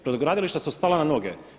Brodogradilišta su stala na noge.